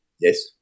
Yes